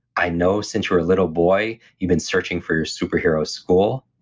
i know since you were a little boy you've been searching for your superhero school,